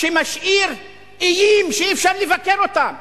שמשאיר איים שאי-אפשר לבקר אותם,